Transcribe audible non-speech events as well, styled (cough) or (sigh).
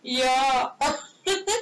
ya (laughs)